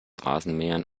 rasenmähern